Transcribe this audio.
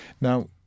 Now